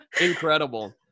Incredible